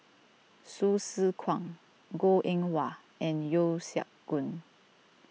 Hsu Tse Kwang Goh Eng Wah and Yeo Siak Goon